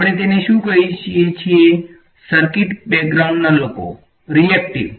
આપણે તેને શું કહીએ છીએ સર્કિટ બેકગ્રાઉન્ડના લોકો વિદ્યાર્થી રીએકટીવ